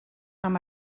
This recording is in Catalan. amb